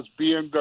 BMW